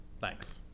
thanks